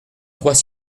trois